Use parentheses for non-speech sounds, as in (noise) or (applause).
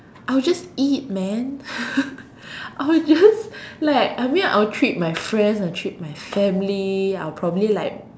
I will just eat man (laughs) I will just like I mean I will treat my friends I will treat my family I'll probably like